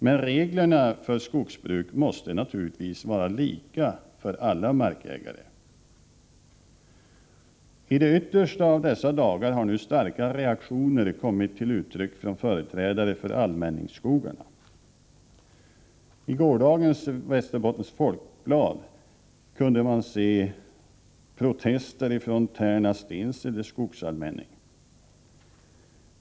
Men reglerna för skogsbruk måste naturligtvis vara lika för alla markägare. I de yttersta av dessa dagar har starka reaktioner kommit till uttryck från företrädare för allmänningsskogarna. I gårdagens Västerbottens Folkblad kunde man läsa om protester från Tärna-Stensele skogsallmänning.